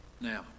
Now